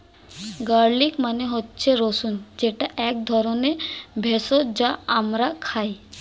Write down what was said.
garlic মানে হচ্ছে রসুন যেটা এক ধরনের ভেষজ যা আমরা খাই